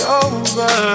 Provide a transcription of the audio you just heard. over